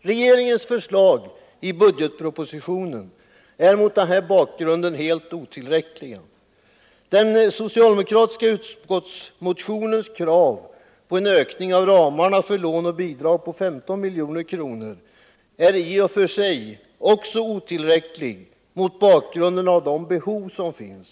Regeringens förslag i budgetpropositionen är mot denna bakgrund helt otillräckligt. Den socialdemokratiska motionens krav på en ökning av ramarna för lån och bidrag med 15 milj.kr. är i och för sig otillräckligt mot bakgrund av de behov som finns.